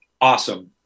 awesome